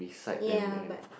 ya but